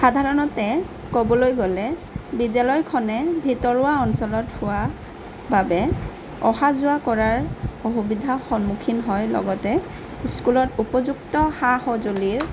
সাধাৰণতে ক'বলৈ গ'লে বিদ্যালয়খনে ভিতৰুৱা অঞ্চলত হোৱা বাবে অহা যোৱা কৰাৰ অসুবিধাৰ সন্মুখীন হয় লগতে স্কুলত উপযুক্ত সা সঁজুলিৰ